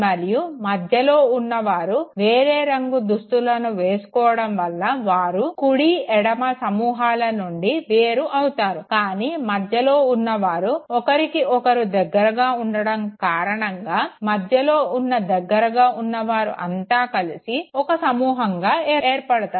మరియు మధ్యలో ఉన్నవారు వేరే రంగు దుస్తులని వేసుకోవడం వల్ల వారు కుడి ఎడమ సమూహాల నుండి వేరు అవుతారు కానీ మధ్యలో ఉన్నవారు ఒకరికి ఒకరు దగ్గరగా ఉండడం కారణంగా మధ్యలో ఉన్న దగ్గరగా ఉన్నవారు అంతా కలిసి ఒక సమూహంగా ఏర్పడుతారు